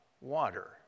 water